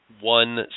one